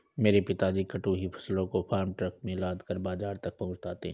मेरे पिताजी कटी हुई फसलों को फार्म ट्रक में लादकर बाजार तक पहुंचाते हैं